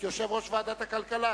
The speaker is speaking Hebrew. יושב-ראש ועדת הכלכלה,